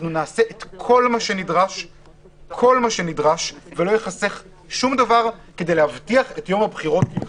נעשה את כל מה נדרש ולא ייחסך שום דבר כדי להבטיח את יום הבחירות.